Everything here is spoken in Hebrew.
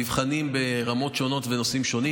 מבחנים ברמות שונות בנושאים שונים.